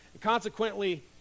Consequently